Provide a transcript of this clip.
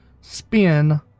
spin